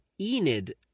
Enid –